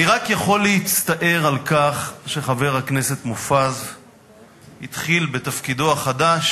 אני רק יכול להצטער על כך שחבר הכנסת מופז התחיל בתפקידו החדש